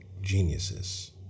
geniuses